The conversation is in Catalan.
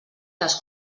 les